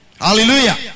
Hallelujah